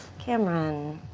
cameron.